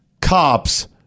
cops